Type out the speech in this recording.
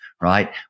right